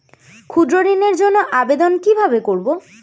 ক্ষুদ্র ঋণের জন্য আবেদন কিভাবে করব?